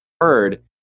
heard